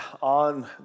on